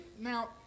Now